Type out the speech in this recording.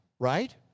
right